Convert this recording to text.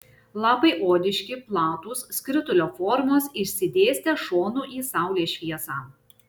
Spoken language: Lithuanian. lapai odiški platūs skritulio formos išsidėstę šonu į saulės šviesą